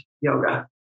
yoga